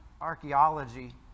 archaeology